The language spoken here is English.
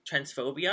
transphobia